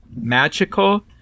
magical